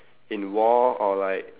in war or like